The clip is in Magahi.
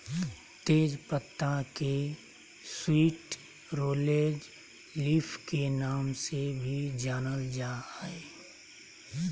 तेज पत्ता के स्वीट लॉरेल लीफ के नाम से भी जानल जा हइ